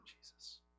Jesus